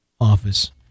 office